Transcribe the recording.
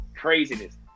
Craziness